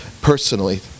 personally